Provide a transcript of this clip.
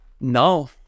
No